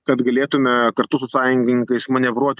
kad galėtume kartu su sąjungininkais manevruot